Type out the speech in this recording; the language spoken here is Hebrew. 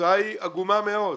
והתוצאה עגומה מאוד.